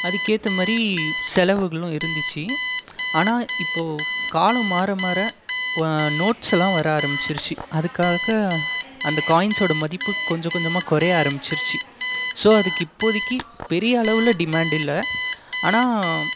அதுக்கேற்ற மாதிரி செலவுகளும் இருந்துச்சு ஆனால் இப்போது காலம் மாற மாற நோட்ஸ் எல்லாம் வர ஆரம்பித்திருச்சு அதுக்காக அந்த காய்ன்ஸ் ஓட மதிப்பு கொஞ்சம் கொஞ்சமாக குறைய ஆரம்பித்திருச்சு ஸோ அதுக்கு இப்போதைக்கு பெரிய அளவில் டிமாண்ட் இல்லை ஆனால்